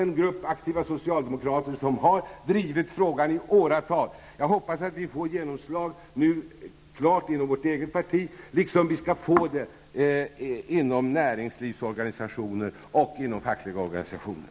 En grupp aktiva socialdemokrater har drivit frågan i åratal. Jag hoppas att det sker ett klart genomslag inom vårt eget parti liksom inom näringslivsorganisationer och inom fackliga organisationer.